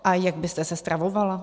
A jak byste se stravovala?